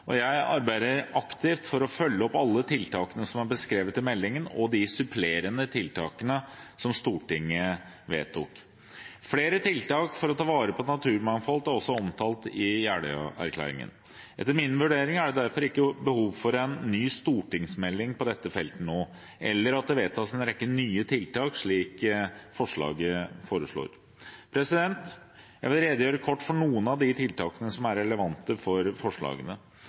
Jeg arbeider aktivt for å følge opp alle tiltakene som er beskrevet i meldingen, og de supplerende tiltakene som Stortinget vedtok. Flere tiltak for å ta vare på naturmangfold er også omtalt i Jeløya-erklæringen. Etter min vurdering er det derfor ikke behov for en ny stortingsmelding på dette feltet nå, eller for at det vedtas en rekke nye tiltak, slik det foreslås. Jeg vil redegjøre kort for noen av tiltakene som er relevante for forslagene.